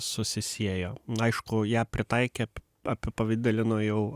susisiejo aišku ją pritaikė apipavidalino jau